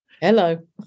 Hello